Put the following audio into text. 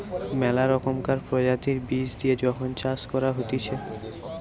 মেলা রকমকার প্রজাতির বীজ দিয়ে যখন চাষ করা হতিছে